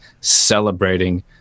celebrating